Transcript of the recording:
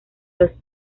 los